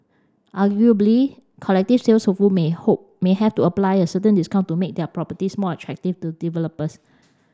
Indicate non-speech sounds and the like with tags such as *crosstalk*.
arguably collective sales *unintelligible* may have to apply a certain discount to make their properties more attractive to developers